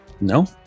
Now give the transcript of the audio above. No